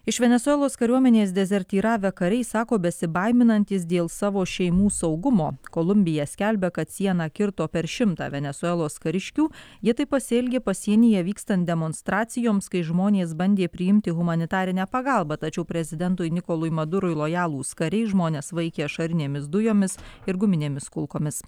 iš venesuelos kariuomenės dezertyravę kariai sako besibaiminantys dėl savo šeimų saugumo kolumbija skelbia kad sieną kirto per šimtą venesuelos kariškių jie taip pasielgė pasienyje vykstant demonstracijoms kai žmonės bandė priimti humanitarinę pagalbą tačiau prezidentui nikolui madurui lojalūs kariai žmones vaikė ašarinėmis dujomis ir guminėmis kulkomis